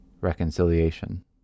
reconciliation